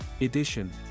Edition